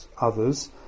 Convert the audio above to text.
others